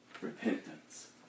repentance